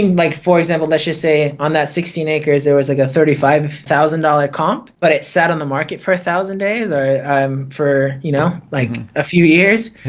like for example let's just say on that sixteen acres there was like a thirty five thousand dollars comp, but it sat on the market for a thousand days, or um you know like a few years.